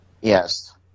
Yes